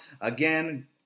Again